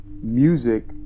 music